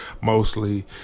mostly